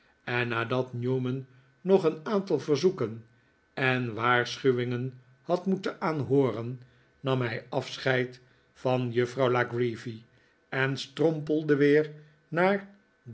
en nadat newman nog een aantal verzoeken en waarschuwingen had moeten aanhooren eindelijk in londen nam hij afscheid van juffrouw la creevy en strompelde weer naar